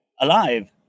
Alive